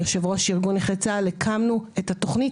יושב-ראש ארגון נכי צה"ל הקמנו את התוכנית